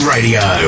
Radio